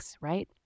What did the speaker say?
right